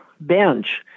bench